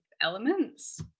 elements